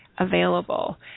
available